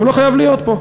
הוא לא חייב להיות פה.